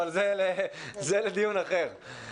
אבל זה לדיון אחר.